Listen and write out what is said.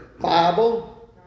Bible